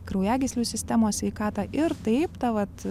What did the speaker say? kraujagyslių sistemos sveikatą ir taip ta vat